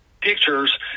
pictures